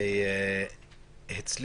חבר הכנסת אחמד טיבי,